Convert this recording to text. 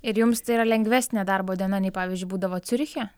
ir jums tai yra lengvesnė darbo diena nei pavyzdžiui būdavo ciuriche